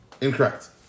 incorrect